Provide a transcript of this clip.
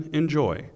enjoy